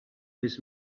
his